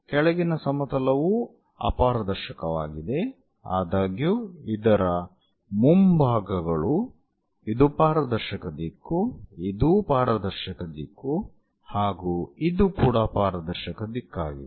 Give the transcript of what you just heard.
ಕೆಳಗಿನ ಸಮತಲವೂ ಅಪಾರದರ್ಶಕವಾಗಿದೆ ಆದಾಗ್ಯೂ ಇದರ ಮುಂಭಾಗಗಳು ಇದು ಪಾರದರ್ಶಕ ದಿಕ್ಕು ಇದೂ ಪಾರದರ್ಶಕ ದಿಕ್ಕು ಹಾಗೂ ಇದು ಕೂಡಾ ಪಾರದರ್ಶಕ ದಿಕ್ಕಾಗಿದೆ